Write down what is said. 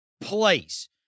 place